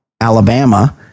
Alabama